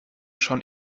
schon